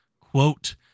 Quote